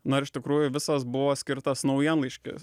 na ir iš tikrųjų visas buvo skirtas naujienlaiškis